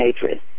hatred